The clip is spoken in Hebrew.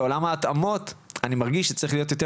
בעולם ההתאמות אני מרגיש שצריך להיות יותר